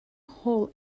hole